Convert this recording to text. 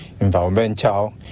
environmental